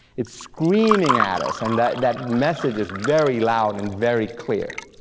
it's screaming at us, and that that message is very loud and very clear.